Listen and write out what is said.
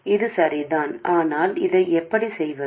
இது சரிதான் ஆனால் இதை எப்படி செய்வது